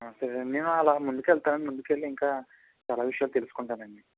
సరే నేను అలా ముందుకెళ్తానండి ముందుకెళ్ళి ఇంకా చాలా విషయాలు తెలుసుకుంటానండి